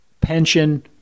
pension